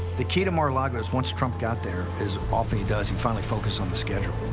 the key to mar-a-lago is, once trump got there, as often he does, he finally focused on the schedule.